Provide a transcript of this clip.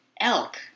Elk